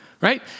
Right